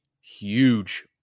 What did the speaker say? huge